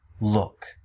look